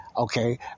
Okay